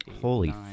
Holy